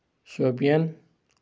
Shopian